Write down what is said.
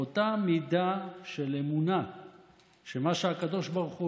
באותה מידה של אמונה שמה שהקדוש ברוך הוא